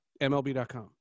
MLB.com